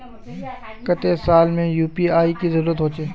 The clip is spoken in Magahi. केते साल में यु.पी.आई के जरुरत होचे?